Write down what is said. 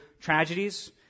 tragedies